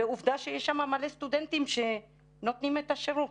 ועובדה שיש שם מלא סטודנטים שנותנים את השירות,